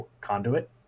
conduit